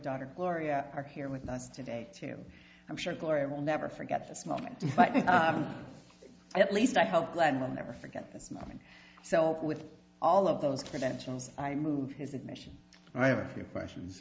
daughter gloria are here with us today too i'm sure gloria will never forget this moment but at least i hope glenn will never forget this moment so with all of those credentials i moved his admission and i have a few questions